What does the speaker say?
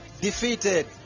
defeated